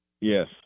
Yes